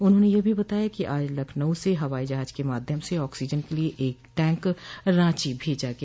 उन्होंने यह भी बताया कि आज लखनऊ से हवाई जहाज के माध्यम से भी ऑक्सीजन के लिये एक टैंक रांची भेजा गया